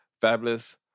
Fabulous